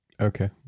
Okay